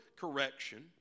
correction